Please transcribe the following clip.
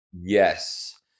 Yes